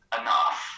enough